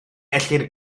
ellir